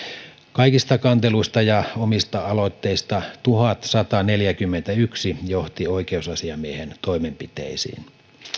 kaikista kanteluista ja omista aloitteista tuhatsataneljäkymmentäyksi johti oikeusasiamiehen toimenpiteisiin